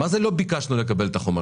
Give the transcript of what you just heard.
מה זה לא ביקשנו לקבל את החומרים?